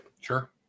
Sure